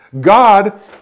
God